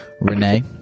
Renee